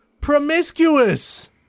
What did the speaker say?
Promiscuous